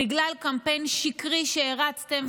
בגלל קמפיין שקרי שהרצתם,